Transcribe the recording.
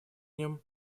нем